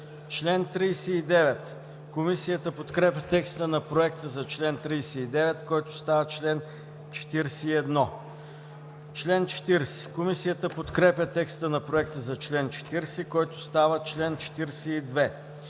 чл. 40. Комисията подкрепя текста на проекта за чл. 39, който става чл. 41. Комисията подкрепя текста на проекта за чл. 40, който става чл. 42.